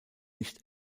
nicht